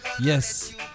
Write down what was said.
yes